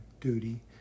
duty